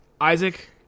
Isaac